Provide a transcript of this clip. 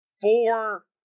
four